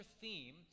theme